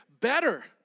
better